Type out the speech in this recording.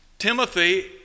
Timothy